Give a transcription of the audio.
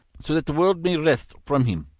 so that the world may rest from him.